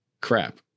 crap